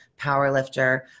powerlifter